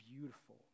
beautiful